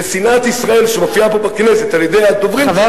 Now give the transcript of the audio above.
ושנאת ישראל שמופיעה פה בכנסת על-ידי הדוברים שלה,